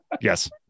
yes